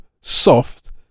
soft